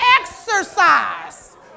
exercise